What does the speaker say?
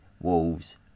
wolves